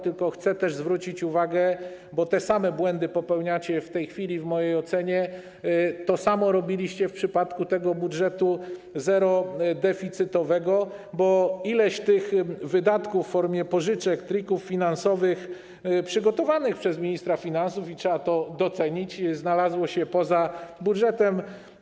Tylko chcę też zwrócić uwagę, bo te same błędy popełniacie w tej chwili, w mojej ocenie, że to samo robiliście w przypadku tego budżetu zerodeficytowego, bo ileś tych wydatków - w formie pożyczek, tricków finansowych, przygotowanych przez ministra finansów, i trzeba to docenić - znalazło się poza budżetem.